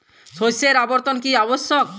শস্যের আবর্তন কী আবশ্যক?